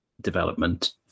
development